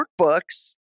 workbooks